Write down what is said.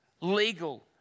legal